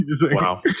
Wow